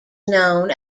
known